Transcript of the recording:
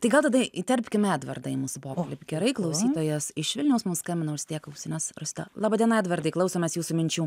tai gal tada įterpkime edvardą į mūsų pokalbį gerai klausytojas iš vilniaus mums skambina užsidėk ausines rosita laba diena edvardai klausomės jūsų minčių